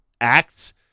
acts